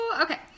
okay